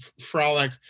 frolic